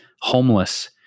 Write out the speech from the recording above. homeless